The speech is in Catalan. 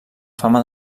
fama